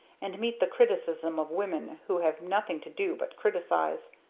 and meet the criticism of women who have nothing to do but criticize.